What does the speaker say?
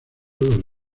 los